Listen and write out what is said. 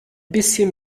bisschen